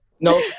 No